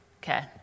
Okay